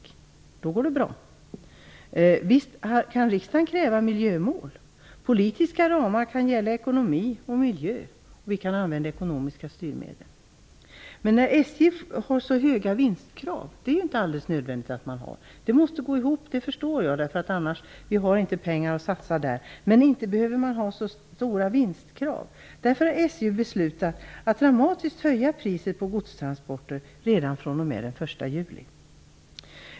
Då går det bra. Visst kan riksdagen ställa upp miljömål. Politiska ramar kan gälla för ekonomi och miljö, och vi kan använda ekonomiska styrmedel. Men det är inte nödvändigt att SJ har så höga vinstkrav. Jag förstår att företaget måste gå ihop, eftersom vi inte har pengar att satsa i det, men man behöver inte ha så stora vinstkrav. SJ har beslutat att dramatiskt höja priset på godstransporter redan fr.o.m. den 1 juli.